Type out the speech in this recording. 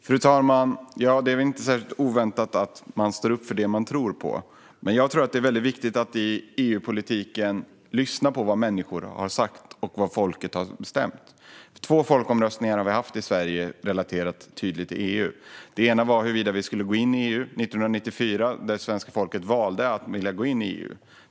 Fru talman! Det är väl inte särskilt oväntat att man står upp för det man tror på. Men jag tror att det är viktigt att vi i EU-politiken lyssnar på vad människor har sagt och vad folket har bestämt. Vi har haft två folkomröstningar i Sverige som har varit tydligt relaterade till EU. Den ena gällde huruvida Sverige skulle gå med i EU 1994. Då ville svenska folket gå in i EU och valde detta.